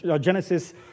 Genesis